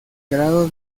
grado